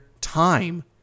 time